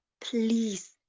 please